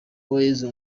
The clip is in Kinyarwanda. uwayezu